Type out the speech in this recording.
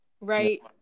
right